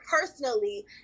personally